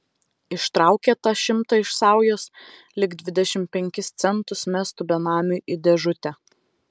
ištraukė tą šimtą iš saujos lyg dvidešimt penkis centus mestų benamiui į dėžutę